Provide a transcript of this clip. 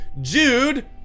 Jude